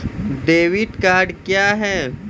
Debit card क्या हैं?